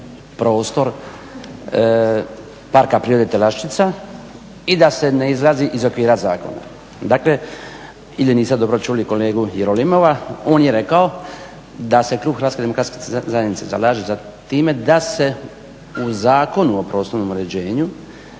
prostor parka prirode Telaščica i da se ne izlazi iz okvira zakona. Dakle ili nisam dobro čuli kolegu Jerolimova. On je rekao da se Klub HDZ-a zalaže za time da se u Zakonu o prostornom uređenju